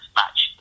match